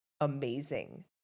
amazing